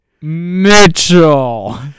Mitchell